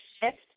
shift